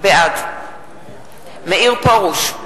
בעד מאיר פרוש,